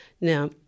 Now